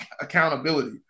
accountability